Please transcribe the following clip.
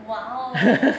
!wow!